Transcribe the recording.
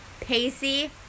Pacey